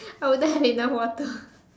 I will dive in the water